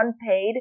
unpaid